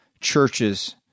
churches